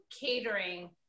catering